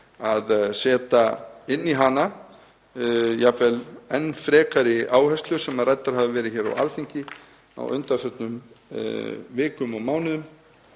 að setja inn í hana enn frekari áherslur sem ræddar hafa verið hér á Alþingi á undanförnum vikum og mánuðum